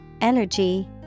energy